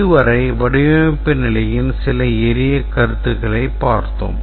இதுவரை வடிவமைப்பு நிலையின் சில எளிய கருத்துகளைப் பார்த்தோம்